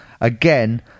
Again